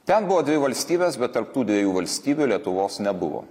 ten buvo dvi valstybės bet tarp tų dviejų valstybių lietuvos nebuvo